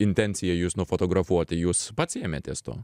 intencija jus nufotografuoti jūs pats ėmėtės to